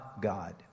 God